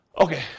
Okay